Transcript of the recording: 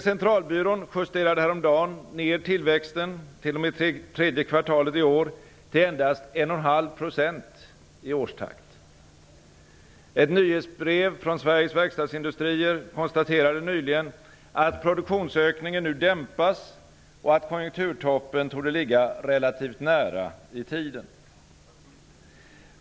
SCB justerade häromdagen ned tillväxten t.o.m. tredje kvartalet i år till endast 1,5 % i årstakt. Ett nyhetsbrev från Sveriges verkstadsindustrier konstaterade nyligen att produktionsökningen nu dämpas och att konjunkturtoppen torde ligga relativt nära i tiden.